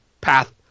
path